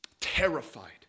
terrified